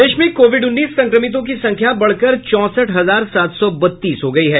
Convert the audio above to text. प्रदेश में कोविड उन्नीस संक्रमितों की संख्या बढ़कर चौंसठ हजार सात सौ बत्तीस हो गयी है